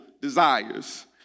desires